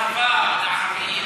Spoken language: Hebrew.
של אהבה לערבים,